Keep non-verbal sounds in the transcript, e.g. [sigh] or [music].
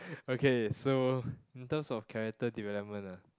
[breath] okay so in terms of character development ah